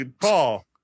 Paul